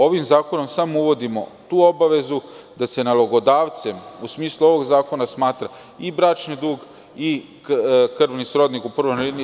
Ovim zakonom samo uvodimo tu obavezu da se nalogodavcem u smislu ovog zakona smatra i bračni drug i krvni srodnik u prvom stepenu.